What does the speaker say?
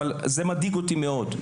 אבל זה מדאיג אותי מאוד.